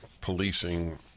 policing